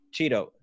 Cheeto